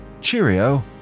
cheerio